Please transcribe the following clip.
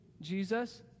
Jesus